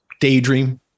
daydream